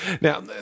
Now